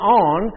on